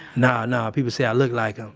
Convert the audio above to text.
nah. nah. people say i look like him.